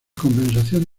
compensación